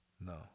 No